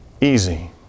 easy